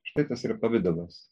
štai tas yra pavidalas